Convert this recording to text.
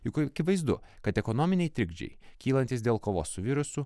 juk akivaizdu kad ekonominiai trikdžiai kylantys dėl kovos su virusu